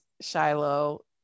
Shiloh